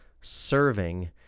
Serving